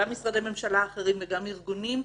גם משרדי ממשלה אחרים וגם ארגונים,